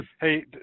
Hey